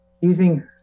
using